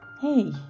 hey